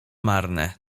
marne